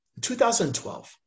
2012